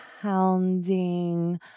pounding